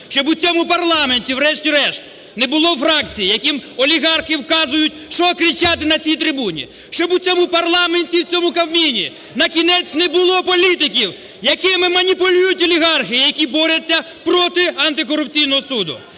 щоб у цьому парламенті, врешті-решт, не було фракцій, яким олігархи вказують, що кричати на цій трибуні. Щоб у цьому парламенті і цьому Кабміні, накінець, не було політиків, якими маніпулюють олігархи і які борються проти антикорупційного суду.